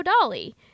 Dolly